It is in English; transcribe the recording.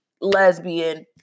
lesbian